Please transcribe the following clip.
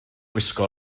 gwisgo